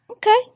Okay